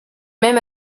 même